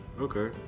Okay